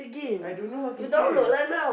I don't know how to play